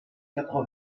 quatre